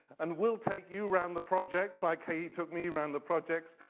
and we'll take you around the projects, like he took me around the projects,